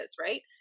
right